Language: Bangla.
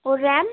ও র্যাম